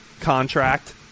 contract